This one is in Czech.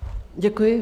Děkuji.